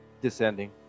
descending